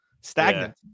Stagnant